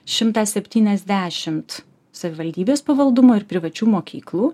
šimtą septyniasdešimt savivaldybės pavaldumo ir privačių mokyklų